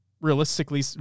realistically